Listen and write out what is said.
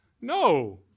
No